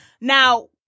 Now